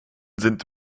sind